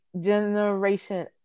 generation